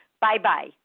Bye-bye